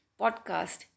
podcast